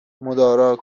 مدارا